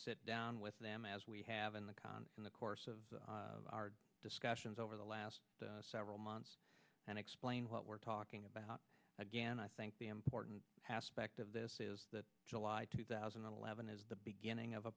sit down with them as we have in the con in the course of our discussions over the last several months and explain what we're talking about again i think the important aspect of this is that july two thousand and eleven the beginning of a